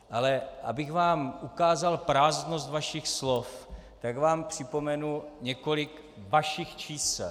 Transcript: Ale abych vám ukázal prázdnost vašich slov, tak vám připomenu několik vašich čísel.